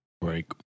break